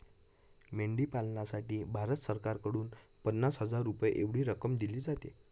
मेंढी पालनासाठी भारत सरकारकडून पन्नास हजार रुपये एवढी रक्कम दिली जाते